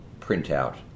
printout